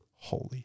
holy